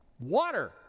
water